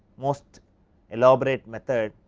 most elaborate method,